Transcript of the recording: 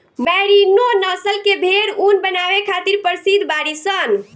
merino नस्ल के भेड़ ऊन बनावे खातिर प्रसिद्ध बाड़ीसन